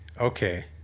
okay